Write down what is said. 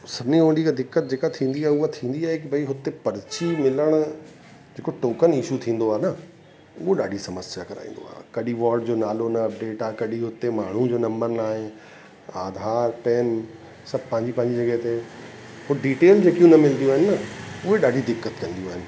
सभिनी खां वधीक दिक़त जेका थींदी आहे उहा थींदी आहे कि भाई हुते पर्ची मिलण जेको टोकन इशू थींदो आहे न उहो ॾाढी समस्या कराईंदो आहे कॾहिं वॉर्ड जो नालो न अपडेट आहे कॾहिं हुते माण्हुनि जो नंबर न आहे आधार पैन सभु पंहिंजी पंहिंजी जॻह ते उहो डिटेल जेकी न मिलंदियूं आहिनि न उहे ॾाढी दिक़त कंदियूं आहिनि